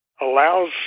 allows